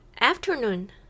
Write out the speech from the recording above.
afternoon